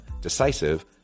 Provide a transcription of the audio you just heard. decisive